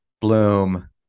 Bloom